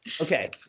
Okay